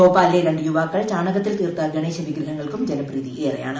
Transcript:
ഭോപ്പാലിലെ രണ്ട് യുവാക്കൾ ചാണകത്തിൽ തീർത്ത ഗണേശ വിഗ്രഹങ്ങൾക്കും ജനപ്രീതി ഏറെയാണ്